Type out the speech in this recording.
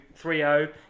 3-0